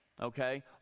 okay